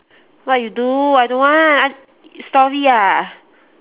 what you do I don't want I story ah